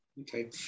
Okay